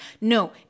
no